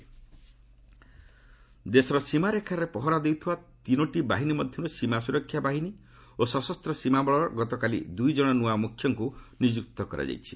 BSF SSB ଦେଶର ସୀମାରେଖାରେ ପହରା ଦେଉଥିବା ତିନୋଟି ବାହିନୀ ମଧ୍ୟରୁ ସୀମା ସୁରକ୍ଷା ବାହିନୀ ଓ ସଶସ୍ତ ସୀମା ବଳର ଗତକାଲି ଦୁଇ ଜଣ ନୂଆ ମୁଖ୍ୟଙ୍କୁ ନିଯୁକ୍ତ କରାଯାଇଛି